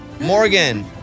Morgan